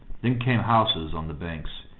then came houses on the banks,